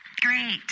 great